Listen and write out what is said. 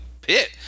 pit